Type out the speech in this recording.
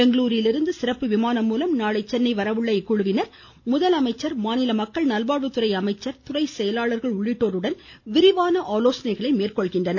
பெங்களூரிருந்து சிறப்பு விமானம் மூலம் நாளை சென்னை வர உள்ள இக்குழுவினர் முதலமைச்சர் மாநில மக்கள் நல்வாழ்வுத்துறை அமைச்சர் துறை செயலாளர்கள் உள்ளிட்டோருடன் ஆலோசனை மேற்கொள்கின்றனர்